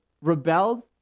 rebelled